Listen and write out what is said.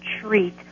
treat